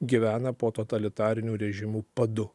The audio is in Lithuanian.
gyvena po totalitarinių režimų padu